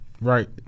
Right